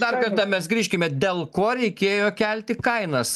dar kartą mes grįžkime dėl ko reikėjo kelti kainas